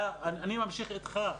אני ממשיך איתך.